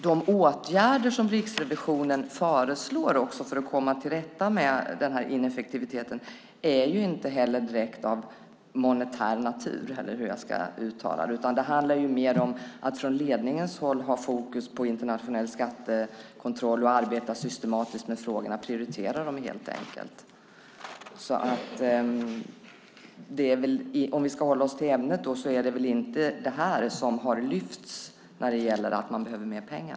De åtgärder som Riksrevisionen föreslår för att komma till rätta med ineffektiviteten är inte heller av direkt monetär natur, eller hur jag ska uttrycka det. Det handlar mer om att från ledningens håll ha fokus på internationell skattekontroll och arbeta systematiskt med frågorna, att prioritera dem helt enkelt. Om vi ska hålla oss till ämnet är det väl inte det här som har lyfts fram när det gäller att man behöver mer pengar.